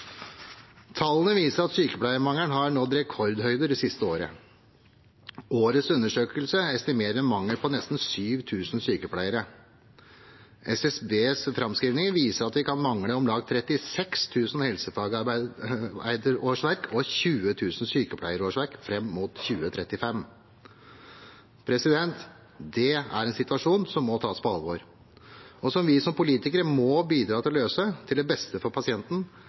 Tallene viser at sykepleiermangelen har nådd rekordstore høyder det siste året. Årets undersøkelse estimerer en mangel på nesten 7 000 sykepleiere. SSBs framskrivinger viser at vi kan mangle om lag 36 000 helsefagarbeiderårsverk og 20 000 sykepleierårsverk fram mot 2035. Det er en situasjon som må tas på alvor, og som vi politikere må bidra til å løse til det beste for pasienten,